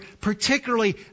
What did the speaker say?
particularly